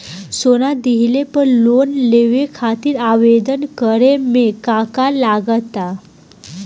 सोना दिहले पर लोन लेवे खातिर आवेदन करे म का का लगा तऽ?